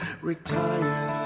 retire